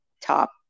top